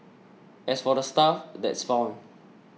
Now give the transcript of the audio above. as for the stuff that's found